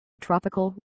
tropical